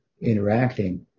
interacting